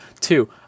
Two